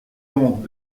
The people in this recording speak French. donc